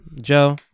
joe